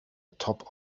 top